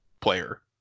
player